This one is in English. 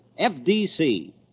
FDC